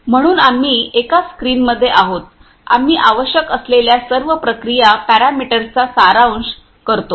म्हणून आम्ही एका स्क्रीनमध्ये आहोत आम्ही आवश्यक असलेल्या सर्व प्रक्रिया पॅरामीटर्सचा सारांश करतो